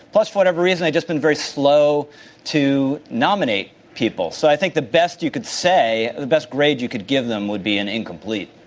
for whatever reason, they've just been very slow to nominate people. so, i think the best you could say, the best grade you could give them would be an incomplete.